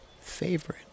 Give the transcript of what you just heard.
favorite